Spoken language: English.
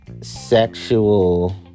sexual